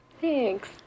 Thanks